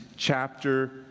chapter